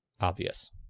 obvious